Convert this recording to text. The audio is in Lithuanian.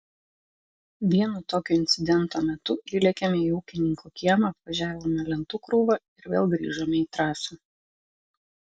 vieno tokio incidento metu įlėkėme į ūkininko kiemą apvažiavome lentų krūvą ir vėl grįžome į trasą